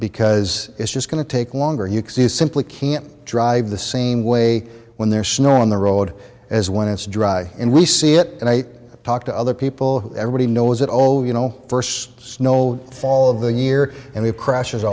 because it's just going to take longer you simply can't drive the same way when there's snow on the road as when it's dry and we see it and i talk to other people who everybody knows that oh you know first snow fall of the year and we crash